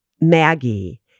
Maggie